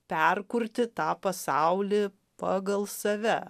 perkurti tą pasaulį pagal save